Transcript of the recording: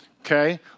okay